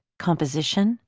composition,